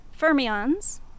Fermions